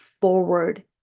forward